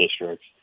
districts